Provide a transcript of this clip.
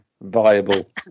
viable